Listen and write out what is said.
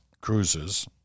cruises